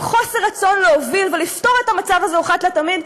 חוסר רצון להוביל ולפתור את המצב הזה אחת ולתמיד,